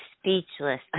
speechless